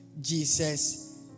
Jesus